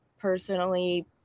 personally